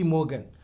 Morgan